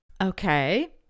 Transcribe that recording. Okay